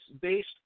based